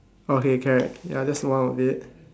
okay correct that's one of it